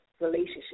relationship